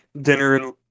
dinner